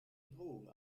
drohung